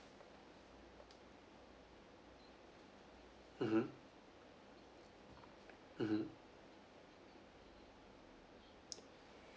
mmhmm mmhmm